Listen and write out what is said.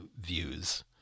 views